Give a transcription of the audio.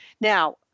Now